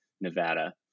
Nevada